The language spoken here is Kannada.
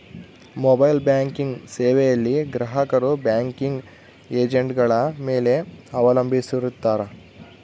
ಮೊಬೈಲ್ ಬ್ಯಾಂಕಿಂಗ್ ಸೇವೆಯಲ್ಲಿ ಗ್ರಾಹಕರು ಬ್ಯಾಂಕಿಂಗ್ ಏಜೆಂಟ್ಗಳ ಮೇಲೆ ಅವಲಂಬಿಸಿರುತ್ತಾರ